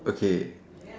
okay